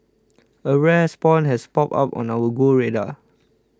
a rare spawn has popped up on our go radar